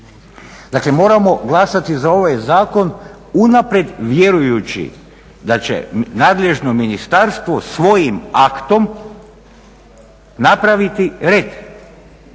moramo glasati za ovaj zakon unaprijed vjerujući da će nadležno ministarstvo svojim aktom napraviti red.